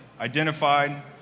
identified